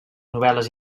novel·les